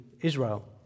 Israel